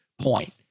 point